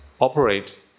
operate